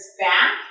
back